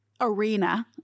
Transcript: arena